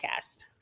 podcast